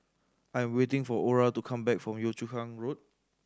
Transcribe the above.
I am waiting for Orah to come back from Yio Chu Kang Road